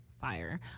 fire